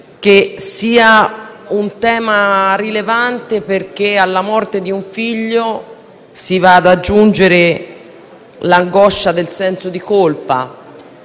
di un tema rilevante, perché alla morte di un figlio si va ad aggiungere l'angoscia del senso di colpa,